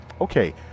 okay